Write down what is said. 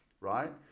right